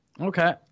okay